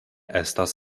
estas